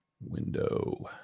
window